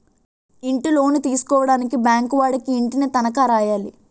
ఇంటిలోను తీసుకోవడానికి బ్యాంకు వాడికి ఇంటిని తనఖా రాయాలి